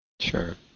Sure